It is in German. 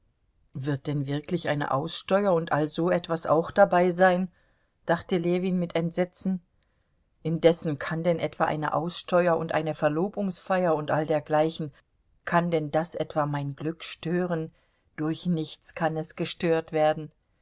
wird denn wirklich eine aussteuer und all so etwas auch dabei sein dachte ljewin mit entsetzen indessen kann denn etwa eine aussteuer und eine verlobungsfeier und all dergleichen kann denn das etwa mein glück stören durch nichts kann es gestört werden